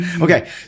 Okay